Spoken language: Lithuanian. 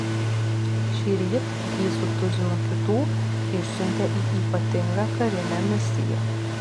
šįryt jį su tuzinu kitų išsiuntė į ypatingą karinę misiją